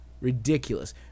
ridiculous